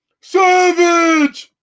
Savage